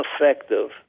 effective